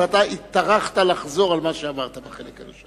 אבל אתה טרחת לחזור על מה שאמרת בחלק הראשון.